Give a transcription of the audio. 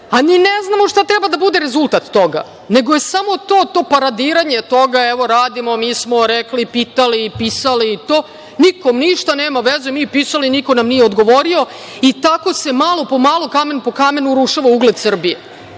mi ne znamo šta treba da bude rezultat toga. Nego je samo to, to paradiranje toga, evo radimo, mi smo rekli, pitali, pisali, nikome ništa, neme veze. Mi pisali niko nam nije odgovorio i tako se malo po malo kamen po kamen urušava ugled Srbije.